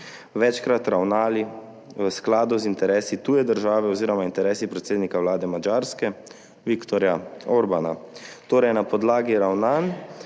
večkrat ravnali v skladu z interesi tuje države oziroma interesi predsednika vlade Madžarske Viktorja Orbana. Torej, na podlagi ravnanj,